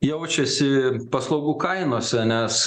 jaučiasi paslaugų kainose nes